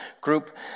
group